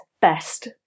best